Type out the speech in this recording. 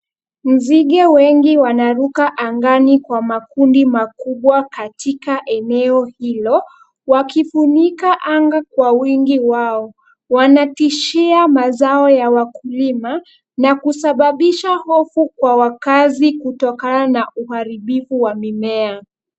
Nzige wengi wanaruka angani kwa makundi makubwa katika eneo hilo, wakifunika anga kwa wingi wao. Wanatishia mazao ya wakulima, na kusababisha hofu kwa wakaazi kutokana na uharibifu wa mimea.